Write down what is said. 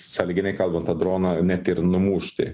sąlyginai kalbant tą droną net ir numušti